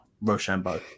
Rochambeau